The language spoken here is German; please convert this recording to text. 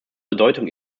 bedeutung